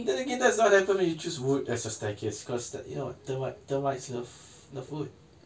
then again that's what happen when you choose wood as your staircase cause that you know termites love the food